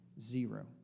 Zero